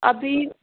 अभी